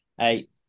Eight